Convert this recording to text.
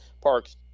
parks